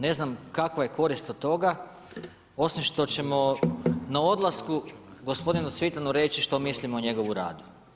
Ne znam, kakva je korist od toga, osim što ćemo na odlasku gospodinu Cvitanu reći što mislim o njegovom radu.